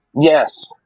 Yes